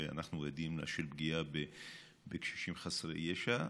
שאנחנו עדים לה של פגיעות בקשישים חסרי ישע.